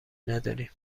نداریم